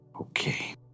okay